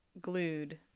glued